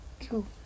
Cool